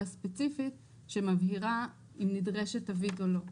ספציפית שמבהירה אם נדרשת תווית או לא,